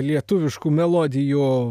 lietuviškų melodijų